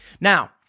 Now